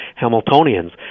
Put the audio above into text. Hamiltonians